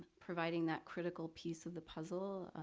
providing that critical piece of the puzzle.